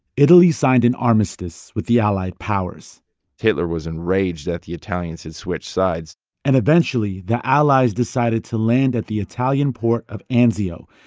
italy signed an armistice with the allied powers hitler was enraged that the italians had switched sides and, eventually, the allies decided to land at the italian port of anzio,